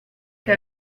che